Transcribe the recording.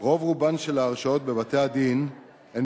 רוב-רובן של ההרשעות בבתי-הדין הן